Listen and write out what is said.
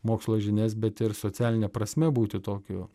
mokslo žinias bet ir socialine prasme būti tokiu